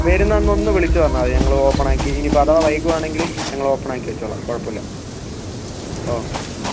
വരുന്ന അന്ന് ഒന്ന് വിളിച്ച് പറഞ്ഞാൽ മതി ഞങ്ങൾ ഓപ്പൺ ആക്കി ഇനി ഇപ്പം അഥവാ വൈകുവാണെങ്കിൽ ഞങ്ങൾ ഓപ്പൺ ആക്കി വെച്ചോളാം കുഴപ്പം ഇല്ല ഓക്കെ